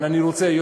אבל אני רוצה,